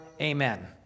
amen